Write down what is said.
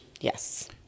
Yes